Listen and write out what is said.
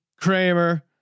Kramer